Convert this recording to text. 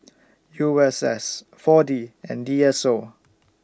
U S S four D and D S O